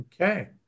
okay